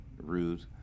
rude